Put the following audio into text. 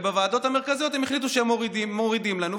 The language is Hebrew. ובוועדות המרכזיות הם החליטו שהם מורידים לנו,